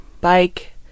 bike